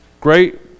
great